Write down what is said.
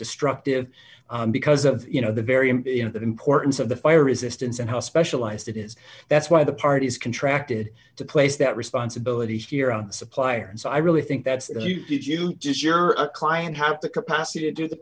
destructive because of you know the very you know the importance of the fire resistance and how specialized it is that's why the parties contract it to place that responsibility here on the supplier and so i really think that if you just your client have the capacity to do the